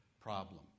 problem